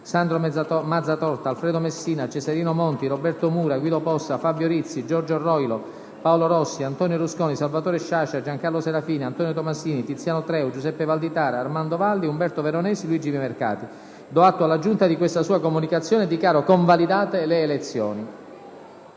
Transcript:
Sandro Mazzatorta, Alfredo Messina, Cesarino Monti, Roberto Mura, Guido Possa, Fabio Rizzi, Giorgio Roilo, Paolo Rossi, Antonio Rusconi, Salvatore Sciascia, Giancarlo Serafini, Antonio Tomassini, Tiziano Treu, Giuseppe Valditara, Armando Valli, Umberto Veronesi e Luigi Vimercati. Do atto alla Giunta di questa sua comunicazione e dichiaro convalidate tali elezioni.